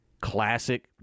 classic